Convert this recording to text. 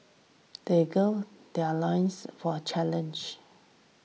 they gird their loins for challenge